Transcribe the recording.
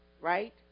right